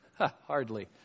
Hardly